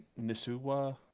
Nisua